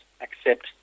accept